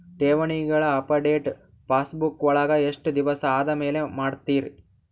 ಠೇವಣಿಗಳ update passbook ವಳಗ ಎಷ್ಟ ದಿವಸ ಆದಮೇಲೆ ಮಾಡ್ತಿರ್?